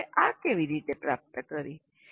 સંસ્થાઓએ આ કેવી રીતે પ્રાપ્ત કરી